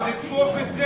לא מאותן סיבות.